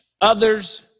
other's